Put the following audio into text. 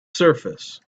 surface